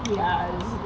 yas